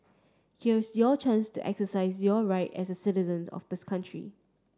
here's your chance to exercise your right as citizens of this country